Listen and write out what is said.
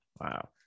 Wow